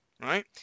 right